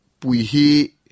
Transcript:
...puihi